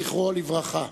זכרו לברכה.